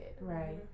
Right